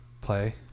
play